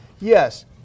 yes